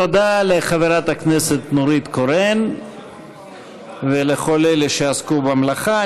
תודה לחברת הכנסת נורית קורן ולכל אלה שעסקו במלאכה.